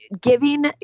giving